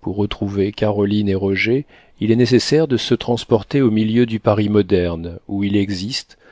pour retrouver caroline et roger il est nécessaire de se transporter au milieu du paris moderne où il existe